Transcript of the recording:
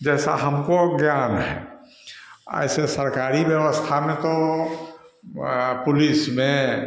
जैसा हमको ज्ञान है ऐसे सरकारी व्यवस्था में तो पुलिस में